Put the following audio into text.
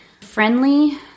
Friendly